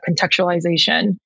contextualization